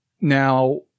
Now